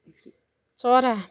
चरा